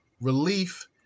relief